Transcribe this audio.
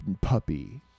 puppy